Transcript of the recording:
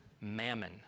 mammon